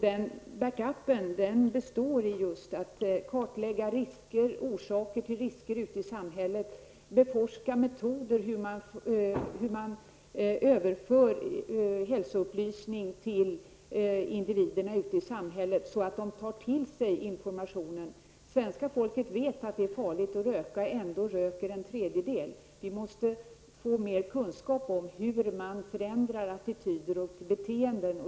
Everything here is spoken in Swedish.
Denna ''back-up'' består just i en kartläggning av risker och deras orsaker ute i samhället och av forskning om metoder för att föra ut hälsoupplysning till individerna i samhället, så att de tar till sig informationen. Det svenska folket vet att det är farligt att röka och ändå är det en tredjedel som röker. Vi måste få mer kunskap om hur man förändrar attityder och beteenden.